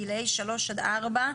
גילאי 3 עד 4,